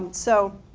so,